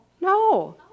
No